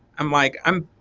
i'm like i'm